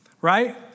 right